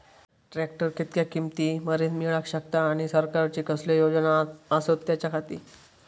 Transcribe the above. Tractor कितक्या किमती मरेन मेळाक शकता आनी सरकारचे कसले योजना आसत त्याच्याखाती?